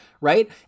right